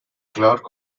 clerk